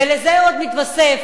ולזה עוד מתווסף